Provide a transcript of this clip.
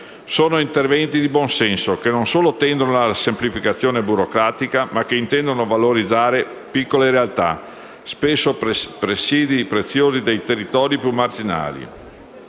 Sono interventi di buonsenso, che non solo tendono alla semplificazione burocratica, ma che intendono valorizzare piccole realtà, spesso presidi preziosi dei territori più marginali.